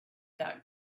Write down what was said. that